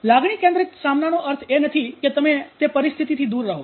લાગણી કેન્દ્રિત સામનાનો અર્થ એ નથી કે તમે તે પરિસ્થિતિથી દૂર રહો